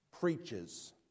preaches